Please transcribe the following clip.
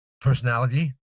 personality